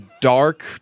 dark